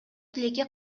тилекке